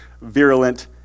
virulent